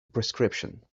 prescription